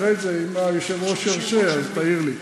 אחרי זה, אם היושב-ראש ירשה, אז תעיר לי.